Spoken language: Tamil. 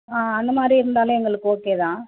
ஆ அந்த மாதிரி இருந்தால் எங்களுக்கு ஓகே தான்